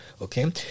okay